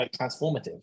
transformative